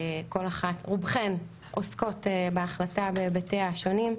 רובכן עוסקות בהחלטה בהיבטיה השונים.